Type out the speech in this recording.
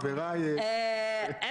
הגב' לאה ופנר יכולה לדבר,